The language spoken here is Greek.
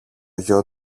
γιο